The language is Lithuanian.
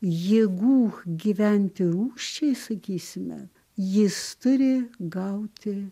jėgų gyventi rūsčiai sakysime jis turi gauti